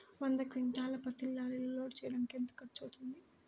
వంద క్వింటాళ్ల పత్తిని లారీలో లోడ్ చేయడానికి ఎంత ఖర్చవుతుంది?